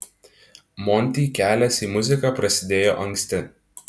monty kelias į muziką prasidėjo anksti